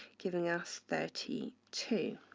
giving us thirty two.